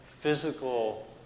physical